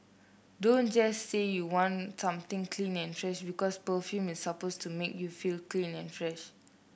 don't just say you want something clean and fresh because perfume is supposed to make you feel clean and fresh